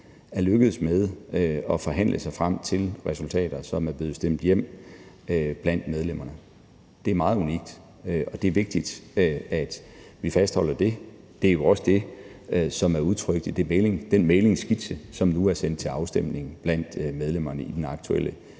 er lykkedes med at forhandle sig frem til resultater, som er blevet stemt hjem blandt medlemmerne. Det er meget unikt, og det er vigtigt, at vi fastholder det. Det er jo også det, som er udtrykt i den mæglingsskitse, som nu er sendt til afstemning blandt medlemmerne i den aktuelle